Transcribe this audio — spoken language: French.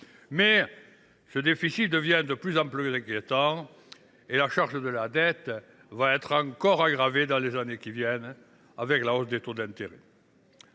que ce déficit devient de plus en plus inquiétant, d’autant que la charge de la dette va être encore aggravée, dans les années à venir, par la hausse des taux d’intérêt.